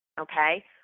okay